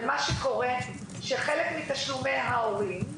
ומה שקורה זה שחלק מתשלומי ההורים,